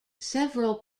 several